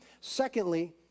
Secondly